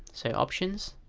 so options